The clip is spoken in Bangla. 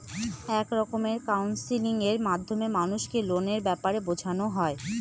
এক রকমের কাউন্সেলিং এর মাধ্যমে মানুষকে লোনের ব্যাপারে বোঝানো হয়